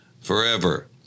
forever